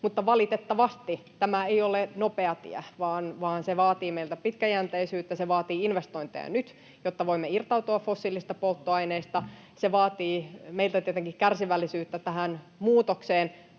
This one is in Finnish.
Mutta valitettavasti tämä ei ole nopea tie, vaan se vaatii meiltä pitkäjänteisyyttä. Se vaatii investointeja nyt, jotta voimme irtautua fossiilisista polttoaineista, ja se vaatii meiltä tietenkin kärsivällisyyttä tähän muutokseen.